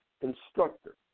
instructor